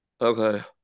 okay